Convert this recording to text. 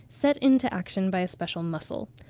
set into action by a special muscle.